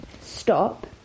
stop